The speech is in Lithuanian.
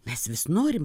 mes vis norim